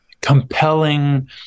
compelling